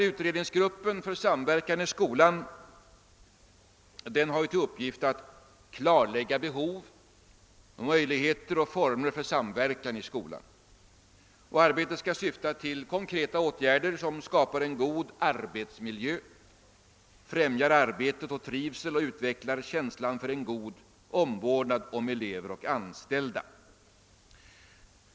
Utredningsgruppen för samverkan i skolan har till uppgift att kartlägga behoven av, möjligheterna till och formerna för samverkan i skolan, och arbetet skall syfta till konkreta åtgärder som skapar en god arbetsmiljö, främjar arbete och trivsel och utvecklar känslan för en god omvårdnad om elever och anställda.